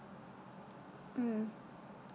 mm